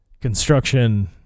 construction